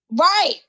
Right